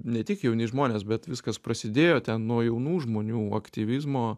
ne tik jauni žmonės bet viskas prasidėjo ten nuo jaunų žmonių aktyvizmo